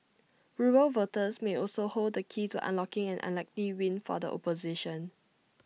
rural voters may also hold the key to unlocking an unlikely win for the opposition